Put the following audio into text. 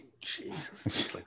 Jesus